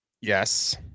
yes